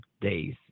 days